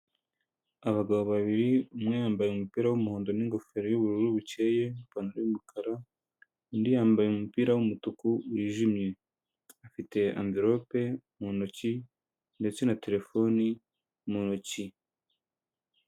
Abagabo babiri umwe yambaye umupira w'umuhondo n'ingofero y'ubururu bukeye n'ipantaro y'umukara, undi yambaye umupira w'umutuku wijimye afite amverope mu ntoki ndetse na terefone mu ntoki.